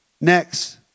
Next